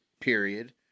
period